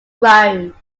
rome